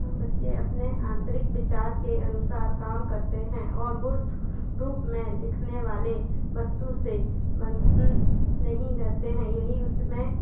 हम बच्चे अपने आन्तरिक विचार के अनुसार काम करते हैं और मूर्त रूप में दिखने वाले वस्तु से बन्धन नहीं रहते हैं यही उसमें